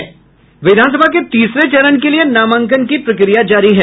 विधानसभा के तीसरे चरण के लिए नामांकन की प्रक्रिया जारी है